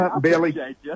Billy